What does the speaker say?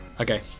Okay